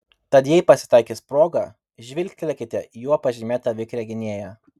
tad jei pasitaikys proga žvilgtelėkite į juo pažymėtą vikrią gynėją